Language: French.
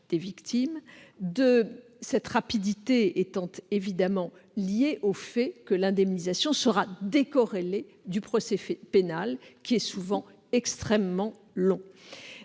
des victimes, cette rapidité étant évidemment liée au fait que l'indemnisation sera décorrélée du procès pénal, qui est souvent extrêmement long.